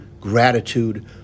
gratitude